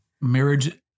marriage